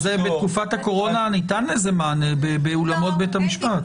בתקופת הקורונה ניתן לזה מענה באולמות בית המשפט.